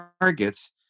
targets